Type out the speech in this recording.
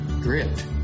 grit